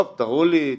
טוב, תראו לי,